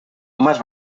más